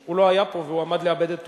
שהוא לא היה פה והוא עמד לאבד את תורו,